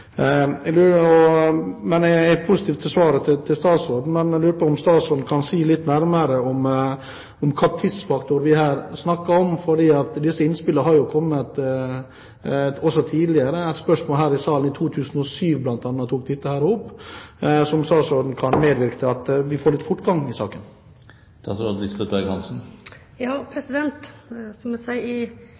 Jeg er positiv til svaret fra statsråden, men lurer på om statsråden kan si litt nærmere om hvilken tidsfaktor vi her snakker om. Disse innspillene har kommet også tidligere – bl.a. i et spørsmål her i salen i 2007 bl.a. ble dette tatt opp. Kan statsråden medvirke til at vi får litt fortgang i saken? Som jeg sa, vil jeg i den nærmeste framtid ta stilling til det forslaget som